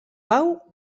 pau